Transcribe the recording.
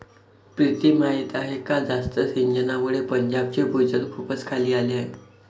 प्रीती माहीत आहे का जास्त सिंचनामुळे पंजाबचे भूजल खूपच खाली आले आहे